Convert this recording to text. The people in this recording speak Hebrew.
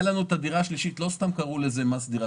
כשהיה לנו חוק דירה שלישית, לא סתם קראו לו כך.